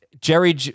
Jerry